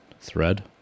thread